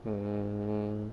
mm